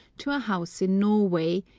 to a house in norway,